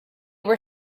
were